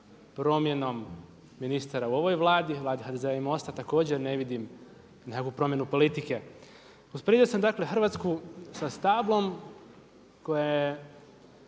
promjenom ministara u ovoj Vladi, Vladi HDZ-a i MOST-a također ne vidim nekakvu promjenu politike. Usporedio sam dakle Hrvatsku sa stablom koje je